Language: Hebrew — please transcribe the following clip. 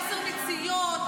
עזר מציון,